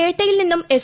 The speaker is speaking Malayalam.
പേട്ടയിൽ നിന്നും എസ്